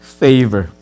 favor